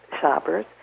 shoppers